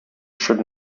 should